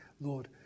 Lord